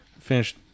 finished